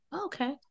Okay